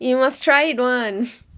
you must try it once